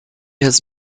has